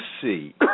see